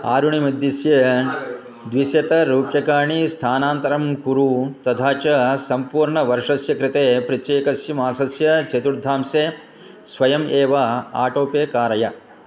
आरुणिमुद्दिश्य द्विशतरूप्यकाणि स्थानान्तरं कुरु तथा च सम्पूर्णवर्षस्य कृते प्रत्येकस्य मासस्य चतुर्थांशे स्वयम् एव आटो पे कारय